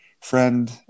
friend